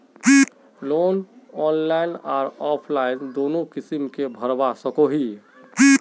Loan online आर offline दोनों किसम के भरवा सकोहो ही?